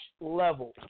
level